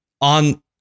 on